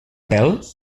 pèl